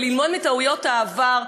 וללמוד מטעויות העבר,